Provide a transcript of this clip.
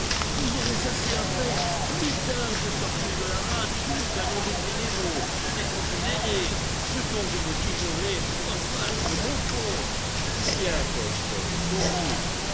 vous aurez assez à faire plus tard de sortir de la rade sous le canon des fédéraux et des confédérés ce dont je me tirerais fort mal pour mon compte bien crockston continue